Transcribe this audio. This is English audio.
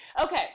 Okay